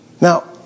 Now